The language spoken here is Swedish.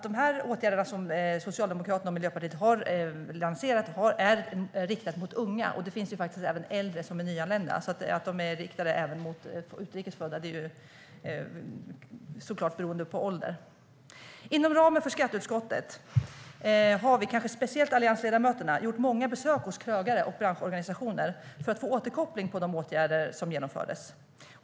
De åtgärder som Socialdemokraterna och Miljöpartiet har lanserat är riktade till unga, men det finns även äldre nyanlända. De är alltså delvis riktade till utrikes födda beroende på ålder. Inom ramen för skatteutskottet har vi, kanske speciellt alliansledamöterna, gjort många besök hos krögare och branschorganisationer för att få återkoppling på de åtgärder som genomfördes.